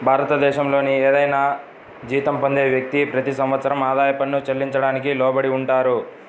భారతదేశంలోని ఏదైనా జీతం పొందే వ్యక్తి, ప్రతి సంవత్సరం ఆదాయ పన్ను చెల్లించడానికి లోబడి ఉంటారు